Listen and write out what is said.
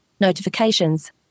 Notifications